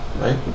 right